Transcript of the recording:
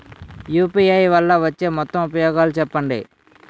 UPI వల్ల వచ్చే మొత్తం ఉపయోగాలు చెప్పండి?